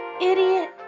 Idiot